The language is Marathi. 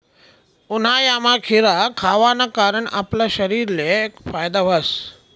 उन्हायामा खीरा खावाना कारण आपला शरीरले फायदा व्हस